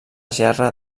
gerra